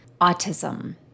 Autism